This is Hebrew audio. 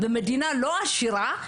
במדינה לא עשירה,